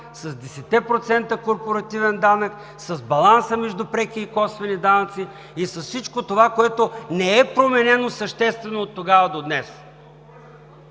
с 10% корпоративен данък, с баланса между преки и косвени данъци и с всичко това, което не е променено съществено оттогава до днес?!